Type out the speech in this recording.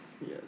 Yes